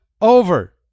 over